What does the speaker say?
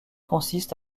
consiste